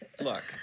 Look